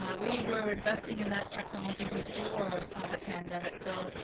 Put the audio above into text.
um we were investing in that technology before the pandemic, so,